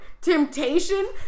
Temptation